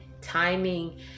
timing